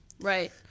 right